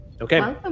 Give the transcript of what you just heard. Okay